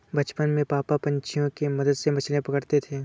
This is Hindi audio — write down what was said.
बचपन में पापा पंछियों के मदद से मछलियां पकड़ते थे